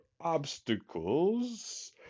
obstacles